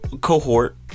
cohort